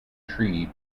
tree